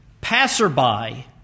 passerby